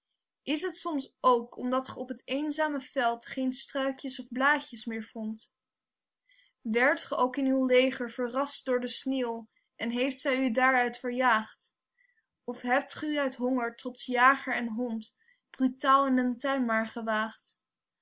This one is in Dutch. is t soms ook omdat ge op het eenzame veld geen struikjes of blaadjes meer vondt werdt ge ook in uw leger verrast door de sneeuw en heeft zjj u daaruit verjaagd of hebt ge u uit honger trots jager en hond brutaal in den tuin maar